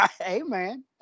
Amen